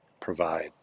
provide